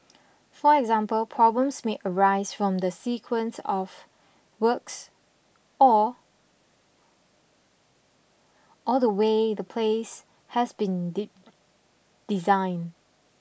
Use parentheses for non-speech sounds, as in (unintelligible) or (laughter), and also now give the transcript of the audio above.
for example problems may arise from the sequence of works or or the way the place has been (unintelligible) designed